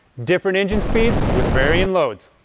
different engine speeds with varying loads.